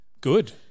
Good